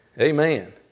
Amen